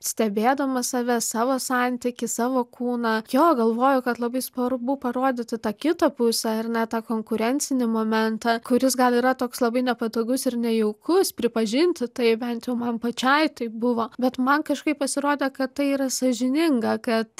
stebėdama save savo santykį savo kūną jo galvoju kad labai svarbu parodyti tą kitą pusę ir na tą konkurencinį momentą kuris gal yra toks labai nepatogus ir nejaukus pripažinti tai bent jau man pačiai taip buvo bet man kažkaip pasirodė kad tai yra sąžininga kad